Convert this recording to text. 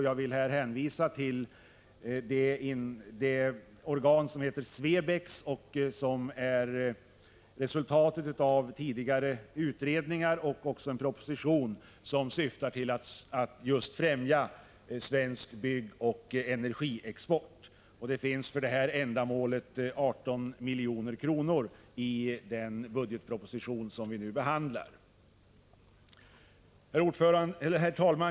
Jag vill här hänvisa till det organ som heter SWEBEX och som är resultatet av tidigare utredningar och av en proposition. Syftet med detta organ är just att främja svensk byggoch energiexport. 18 milj.kr. har för detta ändamål tagits upp i den budgetproposition vi nu behandlar.